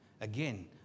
Again